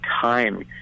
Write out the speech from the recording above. time